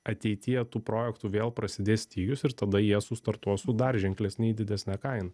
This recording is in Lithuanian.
ateityje tų projektų vėl prasidės stygius ir tada jie su startuos su dar ženklesniai didesne kaina